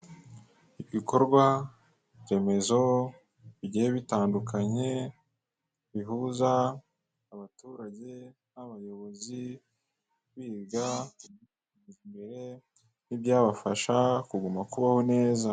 Ibikorwa remezo bigiye bitandukanye, bihuza abaturage n'abayobozi biga kwitezimbere n'ibyabafasha kuguma kubaho neza.